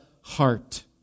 heart